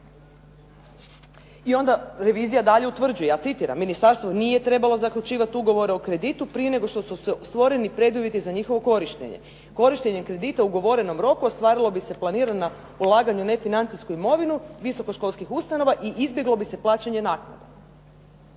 I onda revizija dalje utvrđuje. Ja citiram: "Ministarstvo nije trebalo zaključivati ugovore o kreditu prije nego što su stvoreni preduvjeti za njihovo korištenje. Korištenje kredita u ugovorenom roku ostvarilo bi se planirana ulaganja u nefinancijsku imovinu visokoškolskih ustanova i izbjeglo bi se plaćanje naknade.".